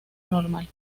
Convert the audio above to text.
normal